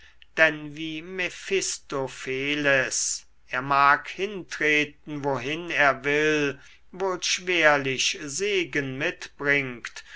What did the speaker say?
denn wie mephistopheles er mag hintreten wohin er will wohl schwerlich segen mitbringt